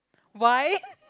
why